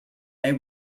they